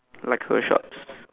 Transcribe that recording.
like her shorts